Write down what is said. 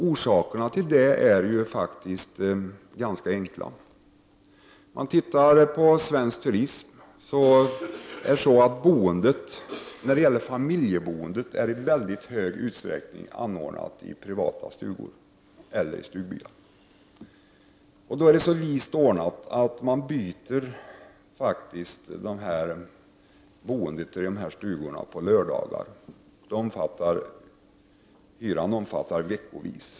Orsaken till detta är faktiskt ganska enkel. Familjeboendet inom svensk turism är i stor utsträckning anordnad i privata stugor eller stugbyar. Det är då så vist ordnat att boendet i dessa stugor bryts på lördagar, dvs. hyran är veckovis.